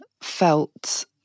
felt